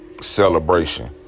celebration